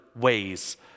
ways